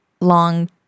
long